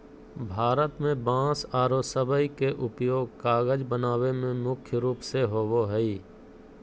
भारत में बांस आरो सबई के उपयोग कागज बनावे में मुख्य रूप से होबो हई